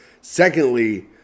Secondly